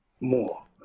more